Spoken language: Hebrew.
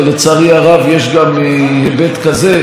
ולצערי הרב יש גם היבט כזה,